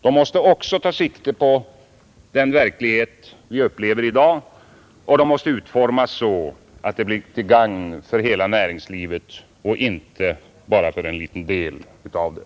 De måste också ta sikte på dagens verklighet och utformas så att de blir till gagn för hela näringslivet, inte bara för en liten del av det.